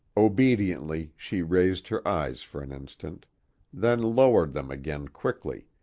obediently she raised her eyes for an instant then lowered them again quickly,